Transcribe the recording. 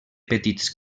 petits